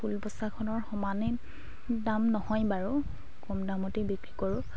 ফুল বচাখনৰ সমানেই দাম নহয় বাৰু কম দামতেই বিক্ৰী কৰোঁ